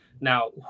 Now